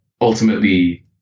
ultimately